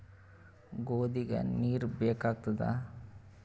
ಗೋಧಿಗ ನೀರ್ ಬೇಕಾಗತದ?